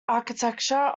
architecture